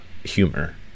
humor